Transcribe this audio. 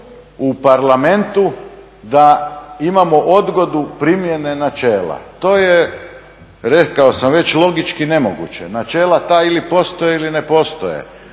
u Parlamentu da imao odgodu primjene načela. To je rekao sam već logični nemoguće. Načela ta ili postoje ili ne postoje.